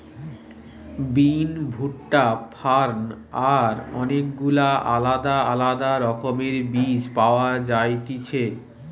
বিন, ভুট্টা, ফার্ন আর অনেক গুলা আলদা আলদা রকমের বীজ পাওয়া যায়তিছে